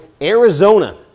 Arizona